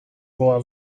była